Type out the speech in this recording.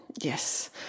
Yes